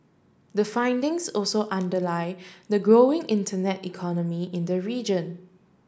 the findings also underlie the growing internet economy in the region